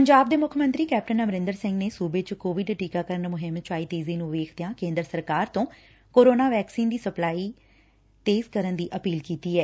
ਪੰਜਾਬ ਦੇ ਮੁੱਖ ਮੰਤਰੀ ਕੈਪਟਨ ਅਮਰਿੰਦਰ ਸਿੰਘ ਨੇ ਸੁਬੇ ਚ ਕੋਵਿਡ ਟੀਕਾਕਰਨ ਮੁਹਿੰਮ ਚ ਆਈ ਤੇਜ਼ੀ ਨੰ ਵੇਖਦਿਆਂ ਕੇਦਰ ਸਰਕਾਰ ਤੋਂ ਕੋਰੋਨਾ ਵੈਕਸੀਨ ਦੀ ਸਪਲਾਈ ਕਰਨ ਦੀ ਅਪੀਲ ਕੀਡੀ ਐ